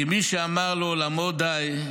כי מי שאמר לעולמו די,